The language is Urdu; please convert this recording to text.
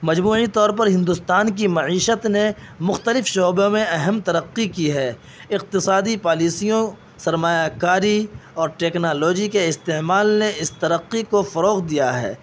مجموعی طور پر ہندوستان کی معیشت نے مختلف شعبوں میں اہم ترقی کی ہے اقتصادی پالیسیوں سرمایہ کاری اور ٹیکنالوجی کے استعمال نے اس ترقی کو فروغ دیا ہے